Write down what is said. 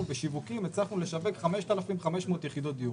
בשיווקים הצלחנו לשווק 5,500 יחידות דיור,